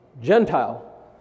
Gentile